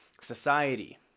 society